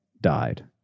died